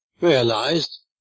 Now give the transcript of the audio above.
realized